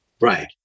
right